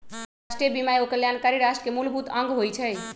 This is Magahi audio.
राष्ट्रीय बीमा एगो कल्याणकारी राष्ट्र के मूलभूत अङग होइ छइ